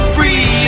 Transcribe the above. Free